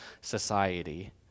society